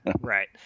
Right